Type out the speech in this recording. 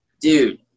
dude